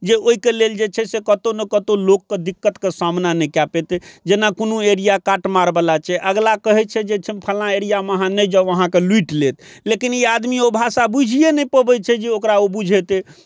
जे ओहिके लेल जे छै से कतहु ने कतहु लोककेँ दिक्कतके सामना नहि कए पयतै जेना कोनो एरिया काट मारवला छै अगिला कहै छै जे फल्लाँ एरियामे अहाँ नहि जाउ अहाँकेँ लूटि लेत लेकिन ई आदमी ओ भाषा बुझिए नहि पबै छै जे ओकरा ओ बुझेतै